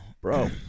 bro